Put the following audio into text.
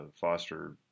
foster